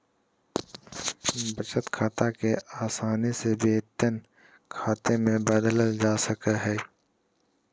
बचत खाते के आसानी से वेतन खाते मे बदलल जा सको हय